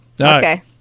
Okay